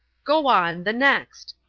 go on, the next!